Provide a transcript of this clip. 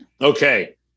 Okay